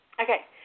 Okay